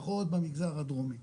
פחות במגזר הדרומי.